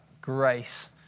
grace